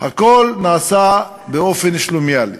הכול נעשה באופן שלומיאלי.